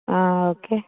okay